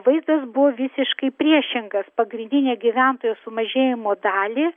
vaizdas buvo visiškai priešingas pagrindinė gyventojų sumažėjimo dalį